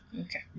Okay